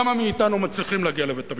כמה מאתנו מצליחים להגיע לבית-המשפט?